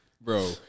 Bro